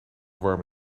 warm